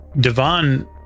Devon